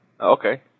Okay